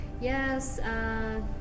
Yes